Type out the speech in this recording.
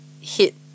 hit –